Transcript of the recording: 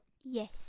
Yes